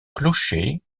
clocher